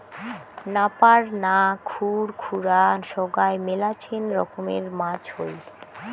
নাপার না, খুর খুরা সোগায় মেলাছেন রকমের মাছ হই